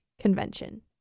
Convention